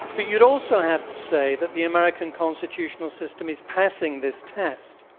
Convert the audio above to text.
but you'd also have to say that the american constitutional system is passing this test.